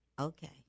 Okay